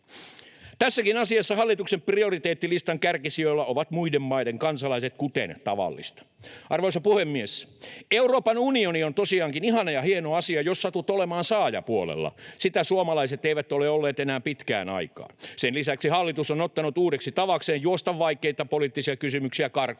Tässäkin asiassa hallituksen prioriteettilistan kärkisijoilla ovat muiden maiden kansalaiset, kuten tavallista. Arvoisa puhemies! Euroopan unioni on tosiaankin ihana ja hieno asia, jos satut olemaan saajapuolella. Sitä suomalaiset eivät ole olleet enää pitkään aikaan. Sen lisäksi hallitus on ottanut uudeksi tavakseen juosta vaikeita poliittisia kysymyksiä karkuun